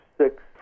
six